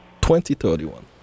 2031